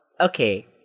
Okay